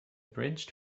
bridge